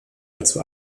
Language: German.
dazu